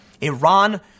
Iran